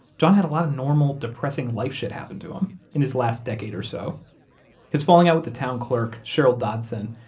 john had a lot of normal depressing life shit happen to him in his last decade or so his falling out with the town clerk, cheryl dodson,